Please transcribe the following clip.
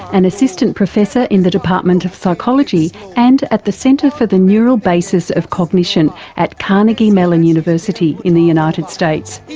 an assistant professor in the department of psychology and at the centre for the neural basis of cognition at carnegie mellon university in the united states.